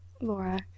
Laura